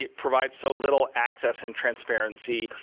provides so little access and transparency.